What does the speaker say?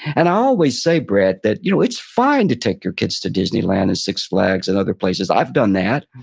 and i always say, brad, that, you know, it's fine to take your kids to disneyland and six flags and other places. i've done that,